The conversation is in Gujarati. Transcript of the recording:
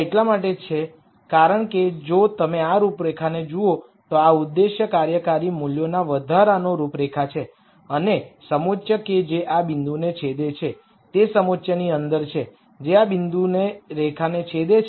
આ એટલા માટે છે કારણ કે જો તમે આ રૂપરેખાને જુઓ તો આ ઉદ્દેશ્ય કાર્યકારી મૂલ્યોના વધારાનો રૂપરેખા છે અને સમોચ્ચ કે જે આ બિંદુને છેદે છે તે સમોચ્ચની અંદર છે જે આ બિંદુએ રેખાને છેદે છે